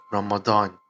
Ramadan